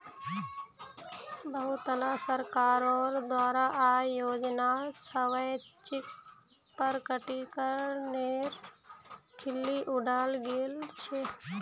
बहुतला सरकारोंर द्वारा आय योजनार स्वैच्छिक प्रकटीकरनेर खिल्ली उडाल गेल छे